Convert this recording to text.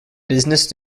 business